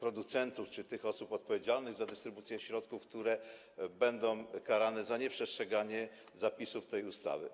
producentów czy osób odpowiedzialnych za dystrybucję środków, związane z nieprzestrzeganiem zapisów tej ustawy.